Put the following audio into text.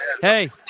Hey